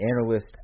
Analyst